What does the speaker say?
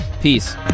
peace